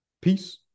peace